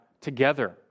together